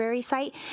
site